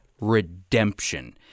Redemption